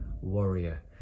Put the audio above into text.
warrior